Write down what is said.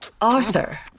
Arthur